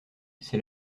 c’est